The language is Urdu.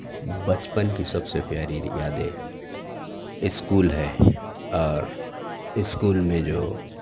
پچبن کی سب سے پیاری ری یادیں اسکول ہے اور اسکول میں جو